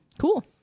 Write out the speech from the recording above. cool